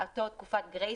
אותה תקופת גרייס.